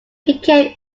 became